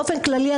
באופן כללי,